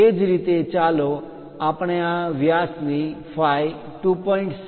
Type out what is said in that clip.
એ જ રીતે ચાલો આપણે આ વ્યાસની phi 2